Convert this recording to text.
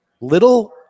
Little